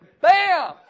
Bam